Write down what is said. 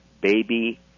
baby